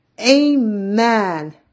amen